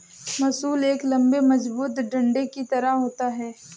मूसल एक लम्बे मजबूत डंडे की तरह होता है